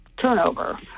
turnover